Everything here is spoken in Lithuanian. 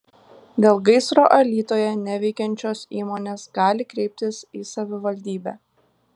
dėl gaisro alytuje neveikiančios įmonės gali kreiptis į savivaldybę